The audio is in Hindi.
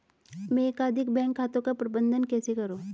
मैं एकाधिक बैंक खातों का प्रबंधन कैसे करूँ?